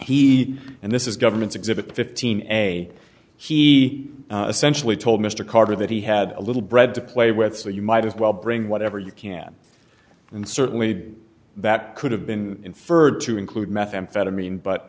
he and this is government's exhibit fifteen a he essentially told mr carter that he had a little bread to play with so you might as well bring whatever you can and certainly that could have been inferred to include methamphetamine but